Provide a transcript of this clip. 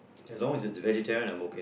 as long as it's vegetarian I'm okay